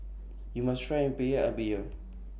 YOU must Try Rempeyek every Year